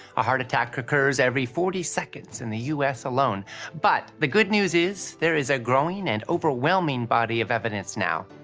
a heart attack occurs every forty seconds in the us alone but the good news is there is a growing and overwhelming body of evidence now.